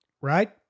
right